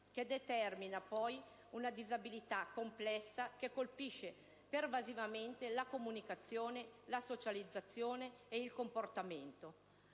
che determina poi una disabilità complessa che colpisce pervasivamente la comunicazione, la socializzazione ed il comportamento.